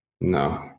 no